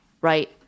right